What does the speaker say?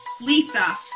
Lisa